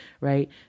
right